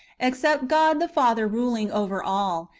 except god the father ruling over all,